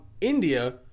India